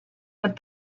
but